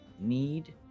need